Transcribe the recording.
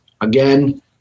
Again